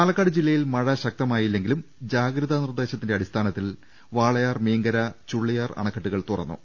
പാലക്കാട് ജില്ലയിൽ മഴ ശക്തമായില്ലെങ്കിലും ജാഗ്രതാ നിർദേ ശത്തിന്റെ അടിസ്ഥാനത്തിൽ വാളയാർ മീങ്കര ചുള്ളിയാർ അണ ക്കെട്ടുകൾ തുറന്നു